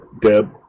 Deb